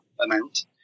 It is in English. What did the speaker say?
amount